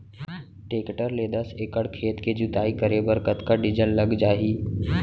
Tractor ले दस एकड़ खेत के जुताई करे बर कतका डीजल लग जाही?